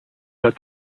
that